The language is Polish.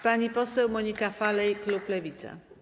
Pani poseł Monika Falej, klub Lewica.